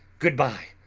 good-bye!